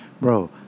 Bro